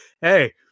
hey